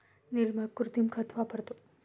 निर्मल कृत्रिम खत वापरतो